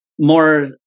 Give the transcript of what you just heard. more